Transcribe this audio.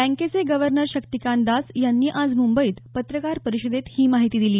बँकेचे गव्हर्नर शक्तिकांत दास यांनी आज मुंबईत पत्रकार परिषदेत ही माहिती दिली